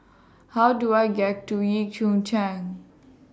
How Do I get to Yio Chu Chang